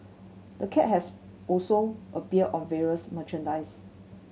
the cat has also appeared on various merchandise